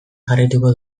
jarraituko